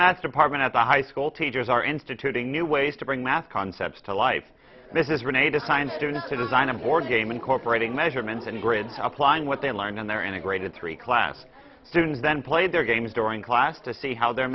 mass department at the high school teachers are instituting new ways to bring math concepts to life this is renee to sign students to design a wargame incorporating measurements and grid applying what they learn on their integrated three class students then play their games during class to see how their